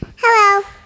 Hello